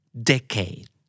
Decade